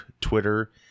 Twitter